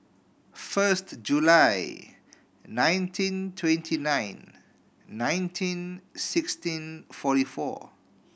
first July nineteen twenty nine nineteen sixteen forty four